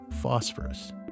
phosphorus